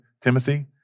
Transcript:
Timothy